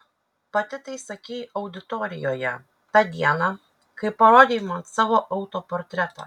pati tai sakei auditorijoje tą dieną kai parodei man savo autoportretą